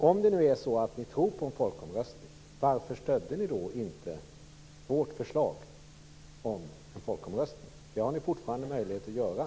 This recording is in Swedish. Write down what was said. Om ni nu tror på en folkomröstning, varför stödde ni då inte vårt förslag om en folkomröstning? Det har ni fortfarande möjlighet att göra.